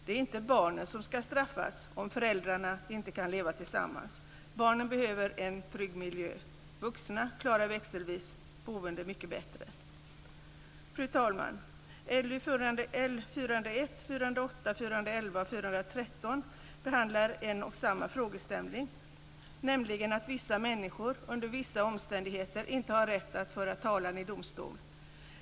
Det är inte barnen som ska straffas om föräldrarna inte kan leva tillsammans. Barnen behöver en trygg miljö. Vuxna klarar växelvis boende mycket bättre. Fru talman!